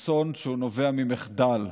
אסון שהוא נובע ממחדל.